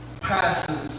passes